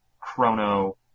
Chrono